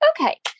okay